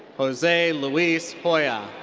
jose luis joya.